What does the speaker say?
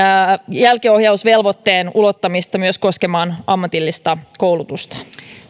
jälkiohjausvelvoitteen ulottamista koskemaan myös ammatillista koulutusta